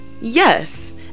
yes